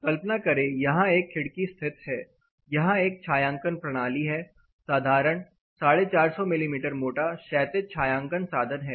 कल्पना करें यहां एक खिड़की स्थित है यहां एक छायांकन प्रणाली है साधारण 450 मिमी मोटा क्षैतिज छायांकन साधन है